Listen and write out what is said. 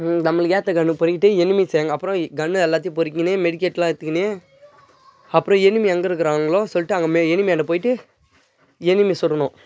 நம்மளுக்கு ஏற்ற கன்னை பொறிக்கிட்டு எனிமீஸ் இறங்குன அப்புறம் கன்னை எல்லாத்தையும் பொறிக்கின்னு மெடிக்கேட்டெல்லாம் எடுத்துக்கின்னு அப்புறம் எனிமீ எங்கே இருக்கிறானுங்களோ சொல்லிட்டு அங்கே மே எனிமீயாண்ட்ட போய்விட்டு எனிமீயை சுடணும்